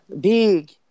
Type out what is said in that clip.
big